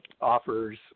offers